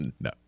no